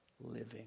living